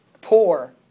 poor